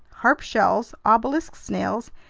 harp shells, obelisk snails,